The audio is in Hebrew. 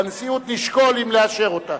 בנשיאות נשקול אם לאשר אותה.